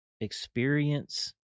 experience